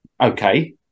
okay